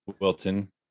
Wilton